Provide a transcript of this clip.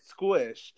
squished